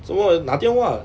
怎么拿电话